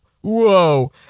whoa